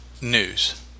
news